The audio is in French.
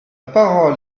parole